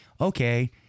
okay